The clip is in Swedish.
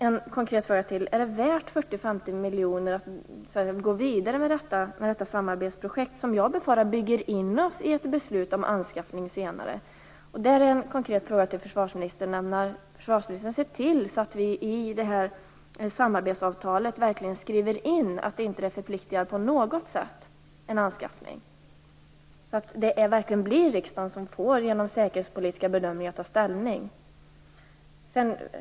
En konkret fråga till: Är det värt 40, 50 miljoner att gå vidare med detta samarbetsprojekt, som jag befarar bygger in oss i beslut om senare anskaffning? Ytterligare en konkret fråga till försvarsministern: Ämnar försvarsministern se till att vi i samarbetsavtalet skriver in att det inte på något sätt förpliktar till en anskaffning, så att det verkligen blir riksdagen som genom säkerhetspolitiska bedömningar får ta ställning?